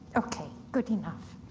okay, good enough.